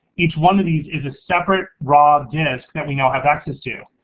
each one of these is a separate raw disk that we now have access to.